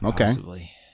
Okay